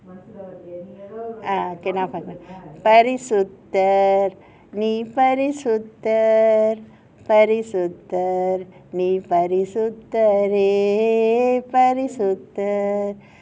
ah பரிசுத்தர் நீர் பரிசுத்தர் பரிசுத்தர் நீர் பரிசுத்தரே:parisuththar neer parisuththar parisuththar neer parisuththtare